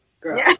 girl